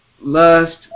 lust